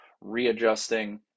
readjusting